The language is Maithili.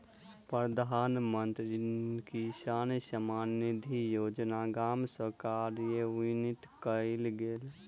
प्रधानमंत्री किसान सम्मान निधि योजना गाम में कार्यान्वित कयल गेल